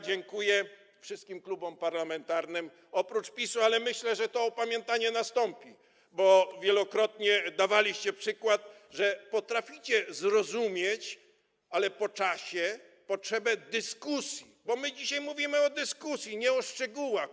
Dziękuje wszystkim klubom parlamentarnym, oprócz PiS-u, ale myślę, że to opamiętanie nastąpi, bo wielokrotnie dawaliście przykład tego, że potraficie zrozumieć, ale po czasie, potrzebę dyskusji, bo my dzisiaj mówimy o dyskusji, nie o szczegółach.